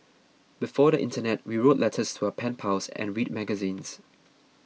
before the internet we wrote letters to our pen pals and read magazines